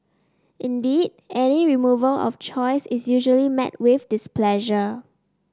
indeed any removal of choice is usually met with displeasure